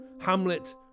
Hamlet